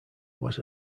was